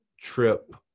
trip